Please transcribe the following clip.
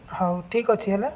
ହଉ ଠିକ୍ ଅଛି ହେଲା